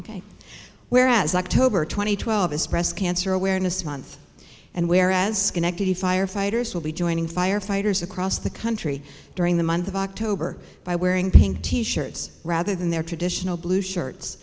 ok whereas october two thousand and twelve is breast cancer awareness month and whereas schenectady firefighters will be joining firefighters across the country during the month of october by wearing pink t shirts rather than their traditional blue shirts